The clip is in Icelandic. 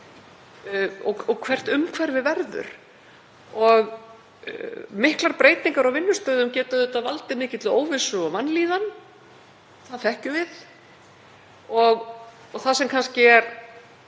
og hvert umhverfið verður. Miklar breytingar á vinnustöðum geta valdið mikilli óvissu og vanlíðan, það þekkjum við, og það sem ber kannski